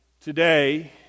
Today